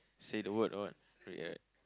say the word or what